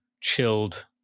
chilled